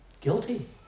Guilty